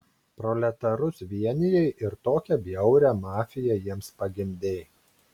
proletarus vienijai ir tokią bjaurią mafiją jiems pagimdei